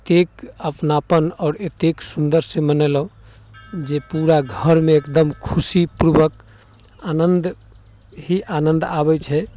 एतेक अपनापन आओर एतेक सुन्दरसँ मनेलहुँ जे पूरा घरमे एकदम खुशी पूर्वक आनन्द एहि आनन्द आबै छै